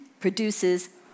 produces